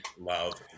love